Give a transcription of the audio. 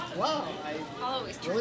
wow